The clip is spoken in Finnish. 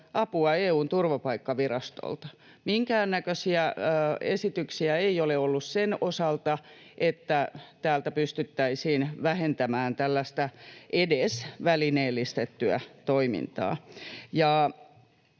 apua EU:n turvapaikkavirastolta. Minkäännäköisiä esityksiä ei ole ollut sen osalta, että täältä pystyttäisiin vähentämään tällaista edes välineellistettyä toimintaa.